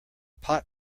pot